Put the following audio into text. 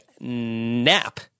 nap